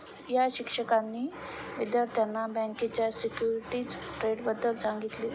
या शिक्षकांनी विद्यार्थ्यांना बँकेच्या सिक्युरिटीज ट्रेडबद्दल सांगितले